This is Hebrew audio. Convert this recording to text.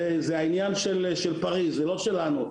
זה העניין של פריז ולא שלנו,